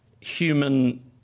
human